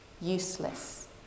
useless